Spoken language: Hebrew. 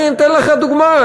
אני אתן לך דוגמה,